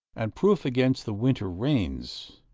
and proof against the winter rains.